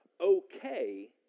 okay